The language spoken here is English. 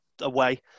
away